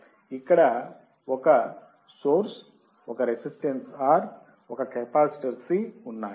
ఇక్కడ ఒక మూలము ఒక రెసిస్టెన్స్ R ఒక కెపాసిటర్ C ఉంది